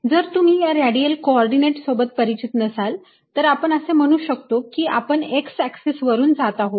जर तुम्ही या रॅडियल को ऑर्डिनेट सोबत परिचित नसाल तर आपण असे म्हणू शकतो की आपण x एक्सिस वरून जात आहोत